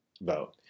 vote